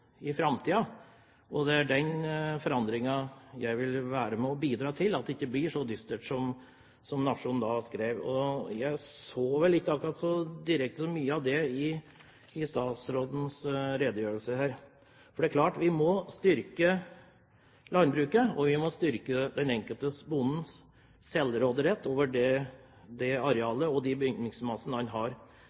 i framtiden, og jeg vil være med og bidra til at den forandringen ikke skal bli så dyster som det Nationen beskrev. Jeg hørte vel ikke akkurat så mye om det i statsrådens innlegg her. Det er klart at vi må styrke landbruket, og vi må styrke den enkelte bondes selvråderett over det arealet og den bygningsmassen han har.